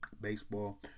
baseball